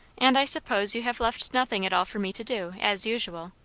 and i suppose you have left nothing at all for me to do, as usual.